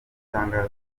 itangazo